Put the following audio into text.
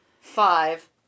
five